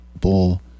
bull